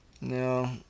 No